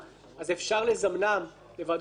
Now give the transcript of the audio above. אז אפשר לזמנם לוועדות הכנסת,